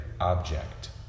object